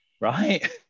Right